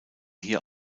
hier